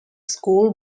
school